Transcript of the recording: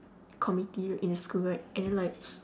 committee r~ in school right and then like